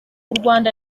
rwanda